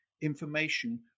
information